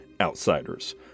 outsiders